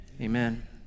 amen